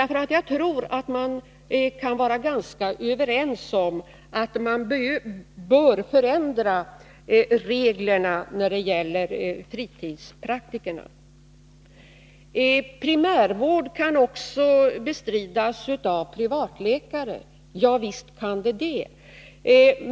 Jag tror att vi kan vara ganska överens om att man bör förändra reglerna när det gäller fritidspraktikerna. Primärvård kan också bestridas av privatläkare — ja, visst.